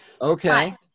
Okay